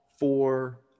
Four